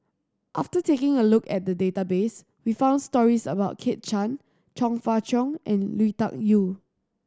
after taking a look at the database we found stories about Kit Chan Chong Fah Cheong and Lui Tuck Yew